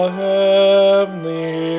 heavenly